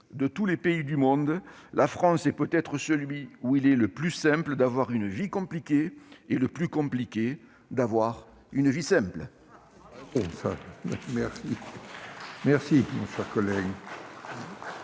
de tous les pays du monde, la France est peut-être celui où il est le plus simple d'avoir une vie compliquée et le plus compliqué d'avoir une vie simple ». La parole